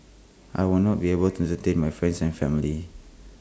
I will not be able to entertain my friends and family